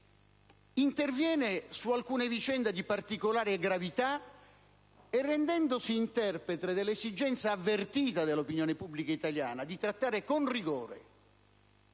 Interviene su alcune vicende di particolare gravità e, rendendosi interprete dell'esigenza avvertita dell'opinione pubblica italiana di trattare con rigore